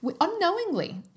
unknowingly